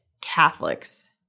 Catholics